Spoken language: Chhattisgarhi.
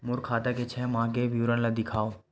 मोर खाता के छः माह के विवरण ल दिखाव?